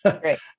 Great